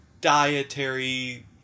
dietary